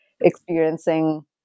experiencing